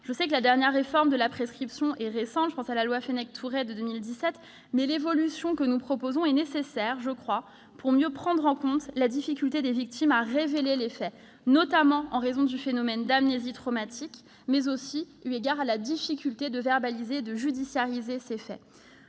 Je sais que la dernière réforme de la prescription est récente, avec la loi Fenech-Tourret de 2017, mais l'évolution que nous proposons est nécessaire, je le crois, pour mieux prendre en compte la difficulté des victimes à révéler les faits, notamment en raison du phénomène d'amnésie traumatique, mais aussi à cause de la difficulté de verbaliser et de judiciariser ces faits.